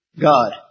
God